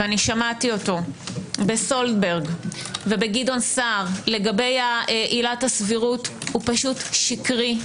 ושמעתי אותו בסולברג ובגדעון סער לגבי עילת הסבירות הוא שקרי,